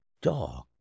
dog